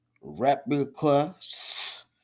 replicas